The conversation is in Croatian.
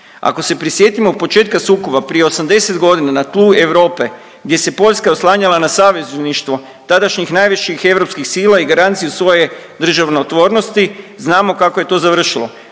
Ako se prisjetimo početka sukoba prije 80 godina na tlu Europe gdje se Poljska oslanjala na savezništvo tadašnjih najvećih europskih sila i garanciju svoje državotvornosti, znamo kako je to završilo.